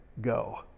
go